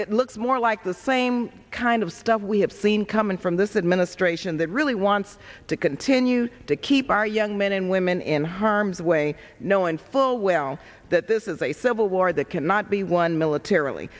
it looks more like the same kind of stuff we have seen coming from this administration that really wants to continue to keep our young men and women in harm's way knowing full well that this is a civil war that cannot be won militarily